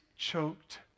choked